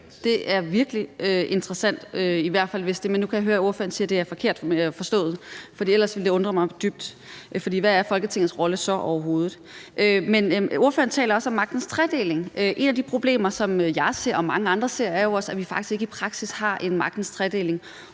den udøvende magt udfører sit arbejde, og nu kan jeg høre, at ordføreren siger, at det er forkert forstået. Men ellers ville det også undre mig dybt. For hvad er Folketingets rolle så overhovedet? Men ordføreren taler også om magtens tredeling, og et af de problemer, som jeg og mange andre også ser at der er, er jo faktisk, at vi i praksis ikke har en magtens tredeling.